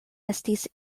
estis